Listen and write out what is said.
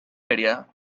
idea